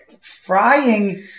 frying